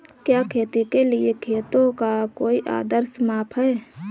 क्या खेती के लिए खेतों का कोई आदर्श माप है?